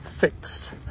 fixed